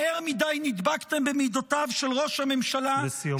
מהר מדי נדבקתם במידותיו של ראש הממשלה -- לסיום,